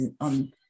on